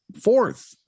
fourth